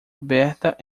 aberta